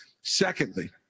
Secondly